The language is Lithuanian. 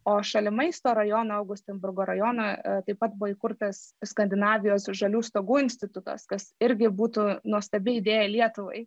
o šalimais to rajono augutenburgo rajono taip pat buvo įkurtas skandinavijos žalių stogų institutas kas irgi būtų nuostabi idėja lietuvai